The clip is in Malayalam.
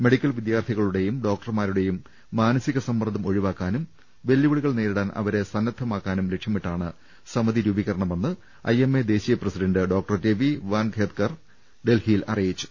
മെഡിക്കൽ വിദ്യാർത്ഥി കളുടെയും ഡോക്ടർമാരുടെയും മാനസിക സമ്മർദ്ദം ഒഴിവാക്കാനും വെല്ലുവിളികൾ നേരിടാൻ അവരെ സന്ന ദ്ധമാക്കാനും ലക്ഷ്യമിട്ടാണ് സമിതി രൂപീകരണമെന്ന് ഐ എം എ ദേശീയ പ്രസിഡണ്ട് ഡോ രവി വാൻഖേദ്കർ ഡൽഹിയിൽ അറിയിച്ചു